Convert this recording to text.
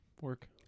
Work